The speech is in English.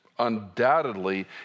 undoubtedly